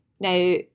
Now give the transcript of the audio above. Now